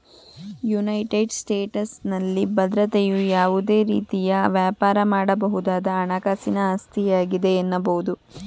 United ಸ್ಟೇಟಸ್ನಲ್ಲಿ ಭದ್ರತೆಯು ಯಾವುದೇ ರೀತಿಯ ವ್ಯಾಪಾರ ಮಾಡಬಹುದಾದ ಹಣಕಾಸಿನ ಆಸ್ತಿಯಾಗಿದೆ ಎನ್ನಬಹುದು